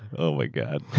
oh my god.